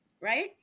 right